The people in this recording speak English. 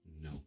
No